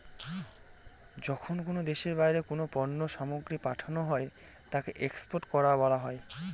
যখন কোনো দেশের বাইরে কোনো পণ্য সামগ্রীকে পাঠানো হয় তাকে এক্সপোর্ট করা বলা হয়